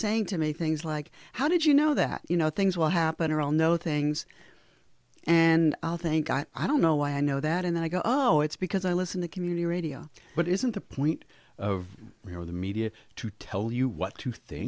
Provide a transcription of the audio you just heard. saying to me things like how did you know that you know things will happen or all know things and i think i i don't know why i know that and then i go oh it's because i listen the community radio but isn't the point or the media to tell you what to